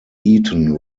eaten